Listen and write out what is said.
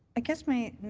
i guess my